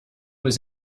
was